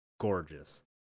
gorgeous